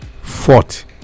fought